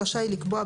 רשאי לקבוע,